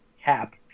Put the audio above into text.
cap